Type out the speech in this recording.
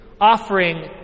offering